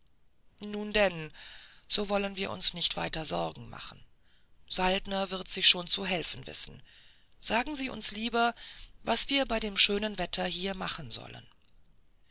nun denn so wollen wir uns nicht weiter sorge machen saltner wird sich schon zu helfen wissen sagen sie uns lieber was wir bei dem schönen wetter hier machen sollen